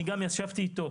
אני גם ישבתי איתו,